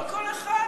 לא כל אחד.